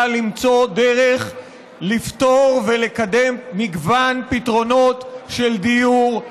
למצוא דרך לפתור ולקדם מגוון פתרונות של דיור,